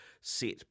set